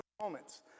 moments